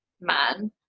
man